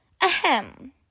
Ahem